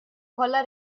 kollha